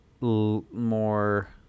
more